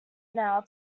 now